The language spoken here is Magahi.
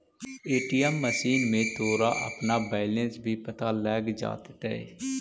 ए.टी.एम मशीन में तोरा अपना बैलन्स भी पता लग जाटतइ